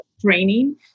training